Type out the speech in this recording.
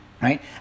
right